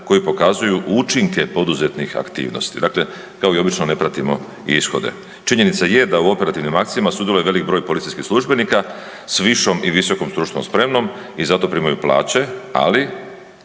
koji pokazuju učinke poduzetih aktivnosti. Dakle, kao i obično ne pratimo i ishode. Činjenica je da u operativnim akcijama sudjeluje velik broj policijskih službenika s višom i visokom stručnom spremom i zato primaju plaće, ali